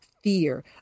fear